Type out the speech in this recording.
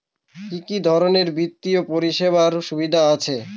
কি কি ধরনের বিত্তীয় পরিষেবার সুবিধা আছে?